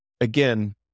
again